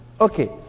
Okay